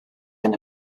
gan